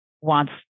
wants